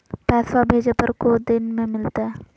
पैसवा भेजे पर को दिन मे मिलतय?